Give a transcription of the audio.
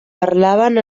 parlaven